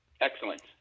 excellent